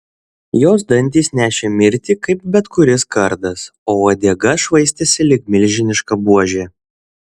jos dantys nešė mirtį kaip bet kuris kardas o uodega švaistėsi lyg milžiniška buožė